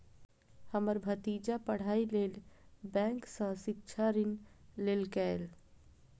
हमर भतीजा पढ़ाइ लेल बैंक सं शिक्षा ऋण लेलकैए